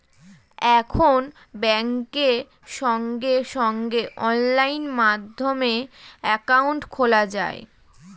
এখন ব্যাংকে সঙ্গে সঙ্গে অনলাইন মাধ্যমে অ্যাকাউন্ট খোলা যায়